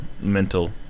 mental